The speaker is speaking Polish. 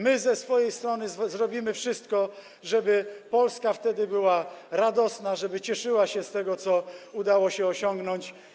My ze swojej strony zrobimy wszystko, żeby Polska była wtedy radosna, żeby cieszyła się z tego, co udało się osiągnąć.